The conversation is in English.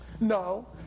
No